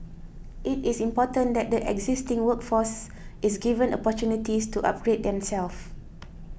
it is important that the existing workforce is given opportunities to upgrade themselves